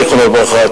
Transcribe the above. זיכרונו לברכה,